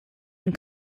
and